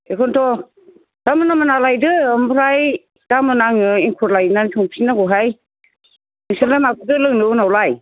एखौन्थ' दा मोना मोना लायदो ओमफ्राय गामोन आङो एंखुर लायनानै संफिननांगौहाय बिसोरलाय माखौथो लोंनो उनावलाय